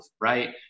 right